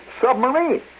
submarine